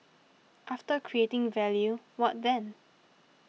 after creating value what then